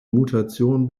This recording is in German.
mutation